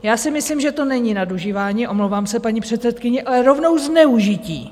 Já si myslím, že to není nadužívání, omlouvám se, paní předsedkyně, ale rovnou zneužití.